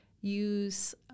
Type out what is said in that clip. use